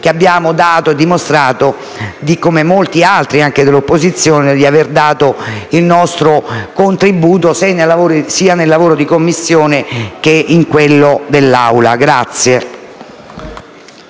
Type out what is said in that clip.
che abbiamo dimostrato, come molti altri colleghi dell'opposizione, di aver dato il nostro contributo, sia nel lavoro di Commissione che in quello dell'Assemblea.